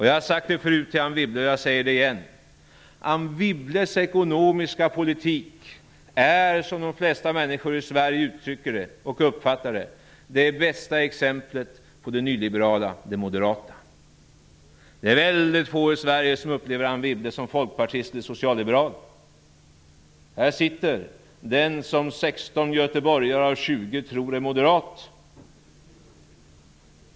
Jag har sagt det tidigare till Anne Wibble, och jag säger det igen: Anne Wibbles ekonomiska politik är, som de flesta människor i Sverige uppfattar det, det bästa exemplet på det nyliberala, det moderata. Det är väldigt få i Sverige som upplever Anne Wibble som folkpartist eller socialliberal. Här sitter den som 16 göteborgare av 20 tror är moderat!